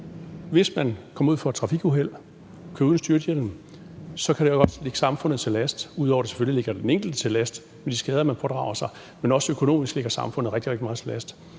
Hvis man kommer ud for et trafikuheld, kører uden styrthjelm, så kan det også ligge samfundet til last, ud over at det selvfølgelige ligger den enkelte til last, i forhold til de skader man pådrager sig, men det ligger også økonomisk samfundet rigtig, rigtig meget til last.